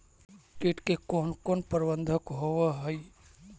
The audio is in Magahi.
किट के कोन कोन प्रबंधक होब हइ?